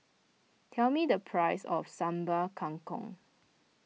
tell me the price of Sambal Kangkong